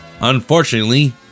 Unfortunately